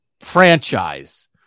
franchise